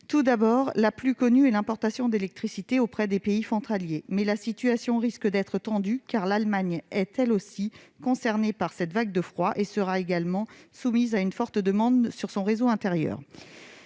de ressources. La plus connue est l'importation d'électricité auprès des pays frontaliers. Toutefois, la situation risque d'être tendue : l'Allemagne est elle aussi concernée par cette vague de froid et sera également soumise à une forte demande sur son réseau intérieur.